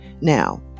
Now